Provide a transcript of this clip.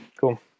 Cool